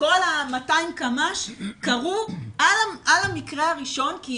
כל ה-200 קמ"ש קרו על המקרה הראשון, כי